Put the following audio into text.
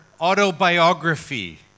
autobiography